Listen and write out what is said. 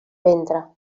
ventre